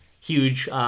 huge